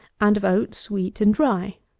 and of oats, wheat, and rye.